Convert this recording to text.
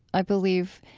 i believe,